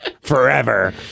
forever